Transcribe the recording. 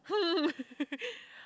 hmm